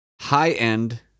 high-end